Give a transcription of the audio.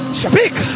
speak